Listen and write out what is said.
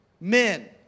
men